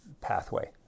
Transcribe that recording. pathway